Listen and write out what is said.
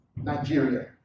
Nigeria